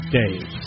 days